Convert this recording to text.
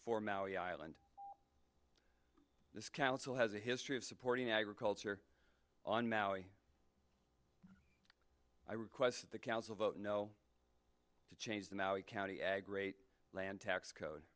for maui island this council has a history of supporting agriculture on maui i requested the council vote no to change the maui county ag rate land tax code